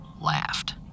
laughed